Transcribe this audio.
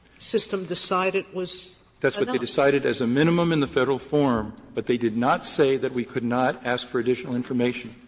system decided that's what they decided as a minimum in the federal form, but they did not say that we could not ask for additional information.